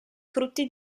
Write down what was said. frutti